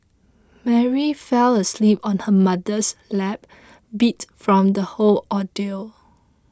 Mary fell asleep on her mother's lap beat from the whole ordeal